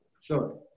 Sure